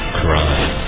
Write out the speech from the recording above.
crime